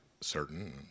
certain